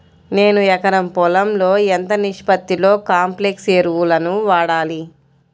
నేను ఎకరం పొలంలో ఎంత నిష్పత్తిలో కాంప్లెక్స్ ఎరువులను వాడాలి?